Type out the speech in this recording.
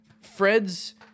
Fred's